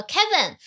Kevin